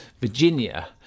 Virginia